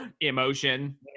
emotion